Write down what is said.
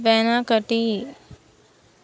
వెనకటి